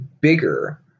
bigger